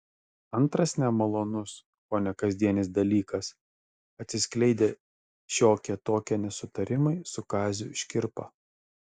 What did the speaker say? antras nemalonus kone kasdienis dalykas atsiskleidę šiokie tokie nesutarimai su kaziu škirpa